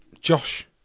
Josh